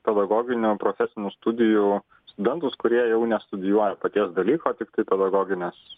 pedagoginių profesinių studijų studentus kurie jau nestudijuoja paties dalyko tiktai pedagoginės